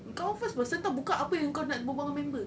kau first person [tau] buka apa yang kau nak berbual dengan member